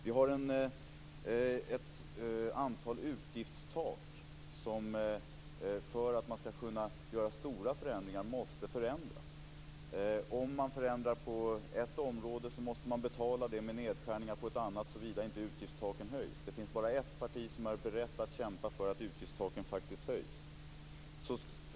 Vi har ett antal utgiftstak som måste förändras för att man skall kunna göra stora förändringar. Om man förändrar på ett område måste man betala det med nedskärningar på ett annat, såvida inte utgiftstaken höjs. Det finns bara ett parti som är berett att kämpa för att utgiftstaken faktiskt höjs.